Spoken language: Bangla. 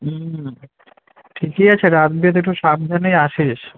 হুম ঠিকই আছে রাতবিরেতে একটু সাবধানে আসিস